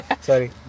sorry